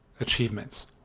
achievements